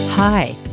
Hi